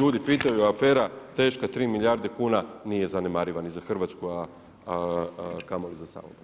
ljudi pitaju afera teška 3 milijarde kuna nije zanemariva ni za Hrvatsku, a kamoli za Samobor.